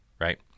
right